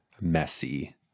messy